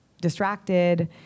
distracted